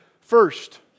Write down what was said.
first